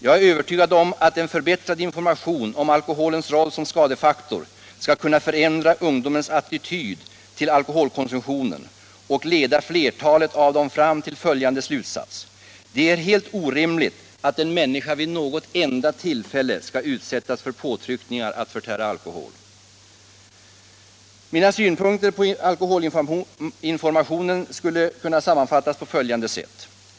Jag är övertygad om att en förbättrad information om alkoholens roll som skadefaktor skall kunna förändra deras attityd till alkoholkonsumtionen och leda flertalet av dem fram till följande slutsats: Det är helt orimligt att en människa vid något enda tillfälle skall utsättas för påtryckningar att förtära alkohol. Mina synpunkter på alkoholinformationen kan sammanfattas på föl jande sätt.